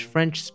French